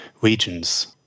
regions